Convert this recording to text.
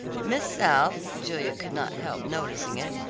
miss south, julia could not help noticing it,